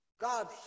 God